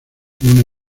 una